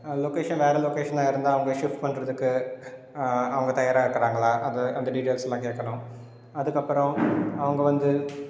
அது லொக்கேஷன் வேறு லொக்கேஷனாக இருந்தால் அவங்க ஷிஃப்ட் பண்ணுறதுக்கு அவங்க தயாராக இருக்கிறாங்களா அது அந்த டீட்டெயில்ஸ்லாம் கேட்கணும் அதுக்கப்புறம் அவங்க வந்து